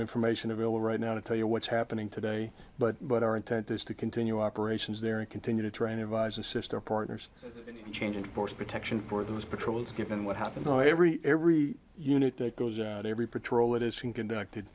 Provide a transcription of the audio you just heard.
information available right now to tell you what's happening today but but our intent is to continue operations there and continue to train advise assist our partners in changing force protection for those patrols given what happened oh every every unit that goes out every patrol that has been conducted